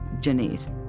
Janice